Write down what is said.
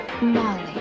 Molly